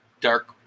dark